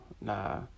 nah